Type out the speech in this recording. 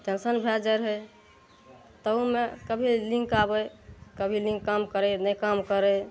tension भए जाय पड़ै रहै तहुमे कभी लिंक आबै कभी लिंक काम करै नहि काम करै